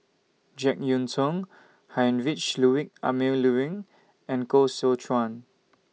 Jek Yeun Thong Heinrich Ludwig Emil Luering and Koh Seow Chuan